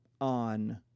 on